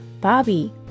Bobby